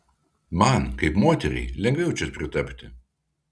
man kaip moteriai lengviau čia pritapti